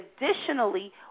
additionally